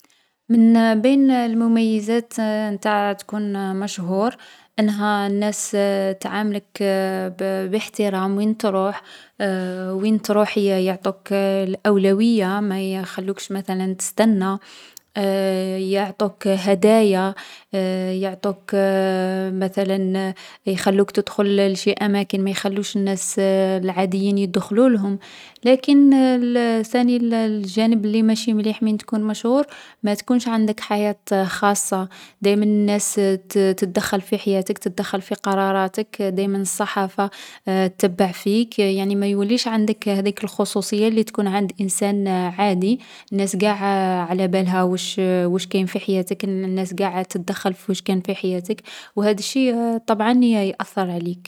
من بين المميزات نتاع تكون مشهور أنها الناس تعاملك بـ باحترام وين تروح، وين تروح يعطوك الأولوية ما يخلوكش مثلا تستنى. يعطوك هدايا، يعطوك مثلا، يخلوك تدخل لشي أماكن ما يخلوش الناس العاديين يدخلولهم. لكن الـ ثاني الـ الجانب لي ماشي مليح من تكون مشهور ما تكونش عندك حياة خاصة دايما الناس تـ تدخل في حياتك، تدّخّل في قراراتك. دايما الصحافة تّبع فيك يعني ما يوليش عندك هاذيك الخصوصية لي تكون عند انسان عادي. الناس قاع علابالها واش كاين في حياتك، الناس قاع تدّخل في واش كاين في حياتك و هاذ الشي طبعا يأثر عليك.